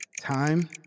Time